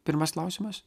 pirmas klausimas